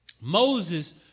Moses